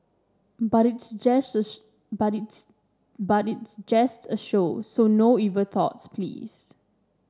but it's just but it's but it's just a show so no evil thoughts please